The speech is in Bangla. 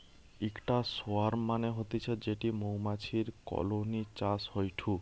ইকটা সোয়ার্ম মানে হতিছে যেটি মৌমাছির কলোনি চাষ হয়ঢু